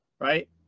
right